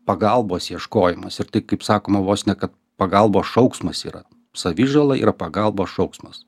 pagalbos ieškojimas ir tai kaip sakoma vos ne kad pagalbos šauksmas yra savižala yra pagalbos šauksmas